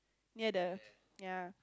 near the ya